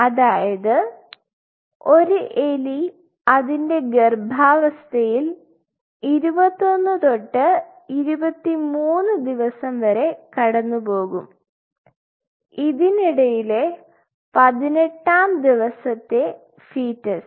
അതായത് ഒരു എലി അതിൻറെ ഗർഭാവസ്ഥയിൽ 21 തൊട്ട് 23 ദിവസം വരെ കടന്നുപോകും ഇതിനിടയിലെ പതിനെട്ടാം ദിവസത്തെ ഫീറ്റ്സ്